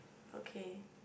okay